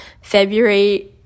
February